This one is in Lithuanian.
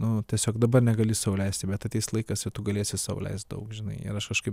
nu tiesiog dabar negali sau leisti bet ateis laikas ir tu galėsi sau leist daug žinai ir aš kažkaip